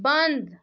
بنٛد